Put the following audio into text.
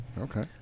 Okay